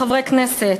חברי הכנסת,